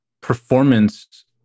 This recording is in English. performance